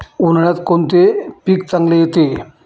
उन्हाळ्यात कोणते पीक चांगले येते?